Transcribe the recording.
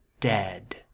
Dead